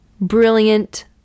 brilliant